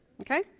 Okay